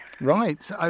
Right